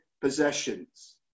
possessions